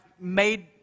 made